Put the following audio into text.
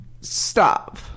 stop